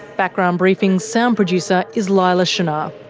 background briefing's sound producer is leila shunnar.